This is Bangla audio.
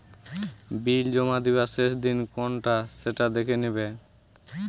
বিল জমা দিবার শেষ দিন কোনটা সেটা দেখে নিবা